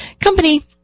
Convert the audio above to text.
company